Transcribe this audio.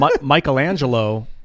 Michelangelo